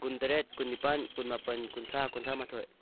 ꯀꯨꯟ ꯇꯔꯦꯠ ꯀꯨꯟ ꯅꯤꯄꯥꯟ ꯀꯨꯟ ꯃꯥꯄꯟ ꯀꯨꯟꯊ꯭ꯔꯥ ꯀꯨꯟꯊ꯭ꯔꯥ ꯃꯥꯊꯣꯏ